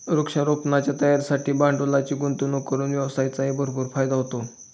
वृक्षारोपणाच्या तयारीसाठी भांडवलाची गुंतवणूक करून व्यवसायाचाही भरपूर फायदा होतो